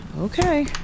Okay